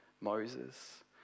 Moses